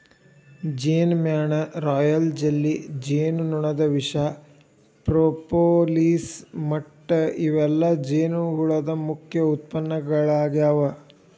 ಜೇನಮ್ಯಾಣ, royal jelly, ಜೇನುನೊಣದ ವಿಷ, propolis ಮಟ್ಟ ಇವೆಲ್ಲ ಜೇನುಹುಳದ ಮುಖ್ಯ ಉತ್ಪನ್ನಗಳಾಗ್ಯಾವ